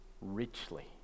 richly